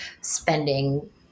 spending